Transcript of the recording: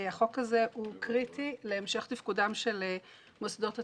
החוק הזה הוא קריטי להמשך תפקודם של מוסדות התכנון.